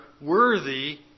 worthy